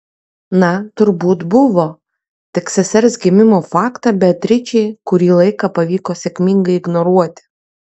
na turbūt buvo tik sesers gimimo faktą beatričei kurį laiką pavyko sėkmingai ignoruoti